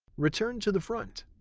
return to the front.